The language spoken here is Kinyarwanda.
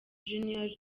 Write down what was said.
junior